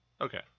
Okay